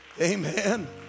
Amen